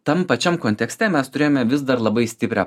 tam pačiam kontekste mes turėjome vis dar labai stiprią